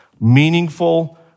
meaningful